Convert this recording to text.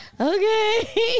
okay